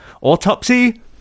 Autopsy